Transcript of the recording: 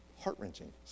heart-wrenching